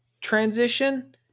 transition